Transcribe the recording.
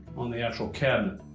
on the actual cabinet